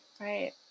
Right